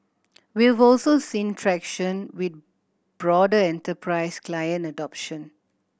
we've also seen traction with broader enterprise client adoption